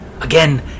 Again